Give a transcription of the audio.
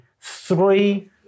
three